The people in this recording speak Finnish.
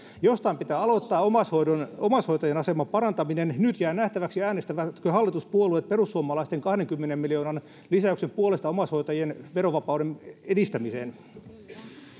jostain pitää aloittaa omaishoitajien aseman parantaminen nyt jää nähtäväksi äänestävätkö hallituspuolueet perussuomalaisten kahdenkymmenen miljoonan lisäyksen puolesta omaishoitajien verovapauden edistämiseen